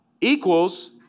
equals